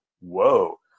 whoa